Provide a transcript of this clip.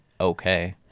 Okay